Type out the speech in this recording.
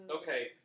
Okay